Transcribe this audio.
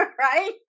right